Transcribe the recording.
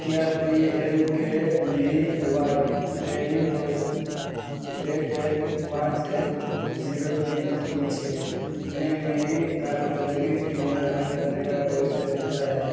کیا P M K V Y training course ایک ایک پانچ ایک زیرو تین تین چھ میں میری کارکردگی کی نگرانی کرنے کا کوئی طریقہ ہے